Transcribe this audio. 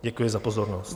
Děkuji za pozornost.